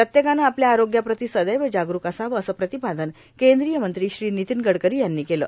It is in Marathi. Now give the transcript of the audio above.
प्रत्येकानं आपल्या आरोग्याप्रती सदैव जागरुक असावं असं प्रातपादन कद्रीय मंत्री श्री र्नितीन गडकरो यांनी केलं